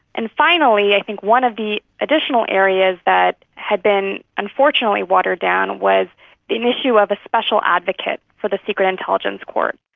and finally i think one of the additional areas that had been unfortunately watered down was an issue of a special advocate for the secret intelligence court.